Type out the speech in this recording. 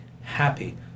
happy